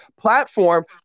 platform